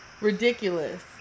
Ridiculous